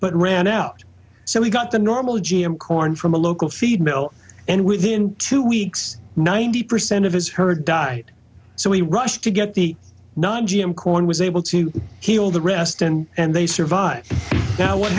but ran out so he got the normal g m corn from a local feed mill and within two weeks ninety percent of his herd died so he rushed to get the nod g m corn was able to heal the reston and they survived now what